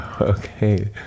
Okay